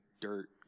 dirt